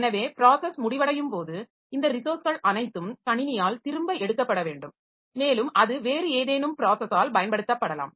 எனவே ப்ராஸஸ் முடிவடையும் போது இந்த ரிசோர்ஸ்கள் அனைத்தும் கணினியால் திரும்ப எடுக்கப்பட வேண்டும் மேலும் அது வேறு ஏதேனும் ப்ராஸஸால் பயன்படுத்தப்படலாம்